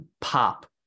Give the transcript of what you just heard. pop